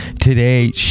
Today